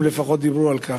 הם לפחות דיברו על כך.